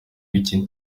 ibiki